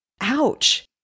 Ouch